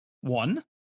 One